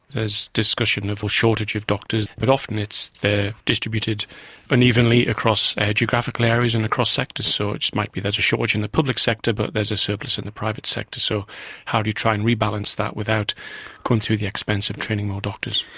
there is discussion of a shortage of doctors but often it's they're distributed unevenly across geographical areas and across sectors, so it might be there is a shortage in the public sector but there is a surplus in the private sector. so how do you try and rebalance that without going through the expense of training more doctors?